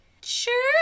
sure